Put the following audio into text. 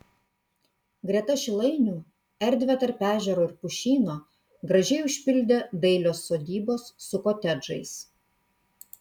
greta šilainių erdvę tarp ežero ir pušyno gražiai užpildė dailios sodybos su kotedžais